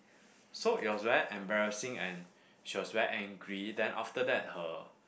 so it was very embarrassing and she was very angry then after that her